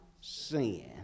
sin